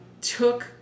took